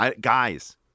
guys